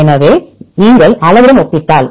எனவே நீங்கள் அளவுடன் ஒப்பிட்டால்